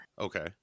okay